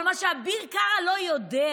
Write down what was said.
אבל מה שאביר קארה לא יודע,